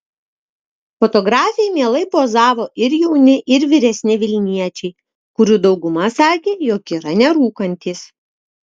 fotografei mielai pozavo ir jauni ir vyresni vilniečiai kurių dauguma sakė jog yra nerūkantys